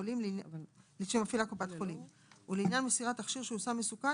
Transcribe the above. חולים ולעניין מסירת תכשיר שהוא סם מסוכן,